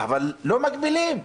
אבל לא מגבילים.